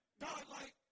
God-like